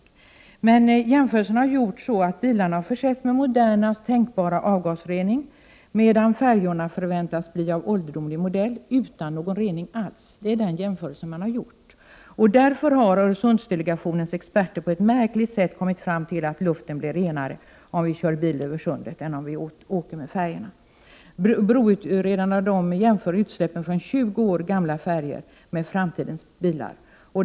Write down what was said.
Jämförelsen har emellertid gjorts på det sättet att bilarna har försetts med modernast tänkbara avgasrening, medan färjorna förväntats bli av ålderdomlig modell utan någon rening alls. Den jämförelsen har man gjort, och därför har Öresundsdelegationens experter på ett märkligt sätt kommit fram till att luften blir renare, om vi kör bil över sundet än om vi åker med färjorna. Broutredarna jämför utsläppen från 20 år gamla färjor med utsläppen från framtidens bilar.